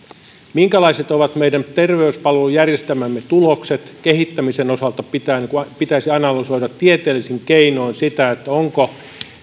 minkälaiset ovat meidän terveyspalvelujärjestelmämme tulokset kehittämisen osalta pitäisi analysoida tieteellisin keinoin sitä onko